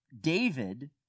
David